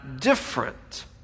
different